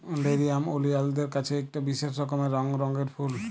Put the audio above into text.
লেরিয়াম ওলিয়ালদের হছে ইকট বিশেষ রকমের রক্ত রঙের ফুল